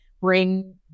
bring